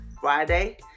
friday